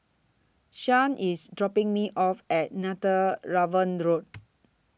Sean IS dropping Me off At Netheravon Road